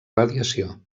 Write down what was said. radiació